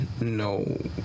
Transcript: no